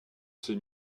ses